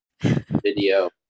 video